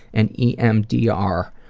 and emdr,